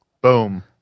Boom